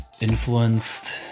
influenced